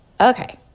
Okay